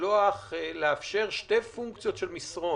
לאפשר שתי פונקציות של מסרון?